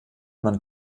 man